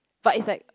but it's like